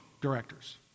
directors